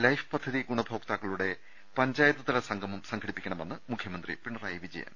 life പദ്ധതി ഗുണഭോക്താക്കളുടെ പഞ്ചായത്ത്തല സംഗമം സംഘടിപ്പിക്കണമെന്ന് മുഖ്യമന്ത്രി പിണ റായി വിജയൻ